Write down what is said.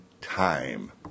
time